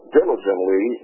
diligently